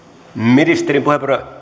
ministerin puheenvuoro